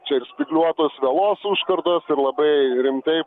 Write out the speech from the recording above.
čia ir spygliuotos vielos užkardos ir labai rimtai